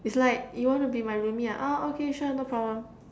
it's like you want to be my roomie ah {orh] okay sure no problem